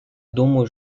думаю